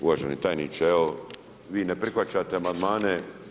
Uvaženi tajniče, evo vi ne prihvaćate amandmane.